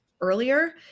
earlier